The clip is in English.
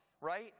right